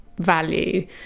value